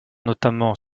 notamment